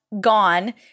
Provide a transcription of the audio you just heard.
gone